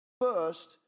first